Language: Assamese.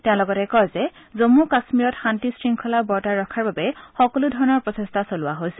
তেওঁ লগতে কয় যে জম্ম কামীৰত শান্তি শৃংখলা বৰ্তাই ৰখাৰ বাবে সকলো ধৰণৰ প্ৰচেষ্টা চলোৱা হৈছে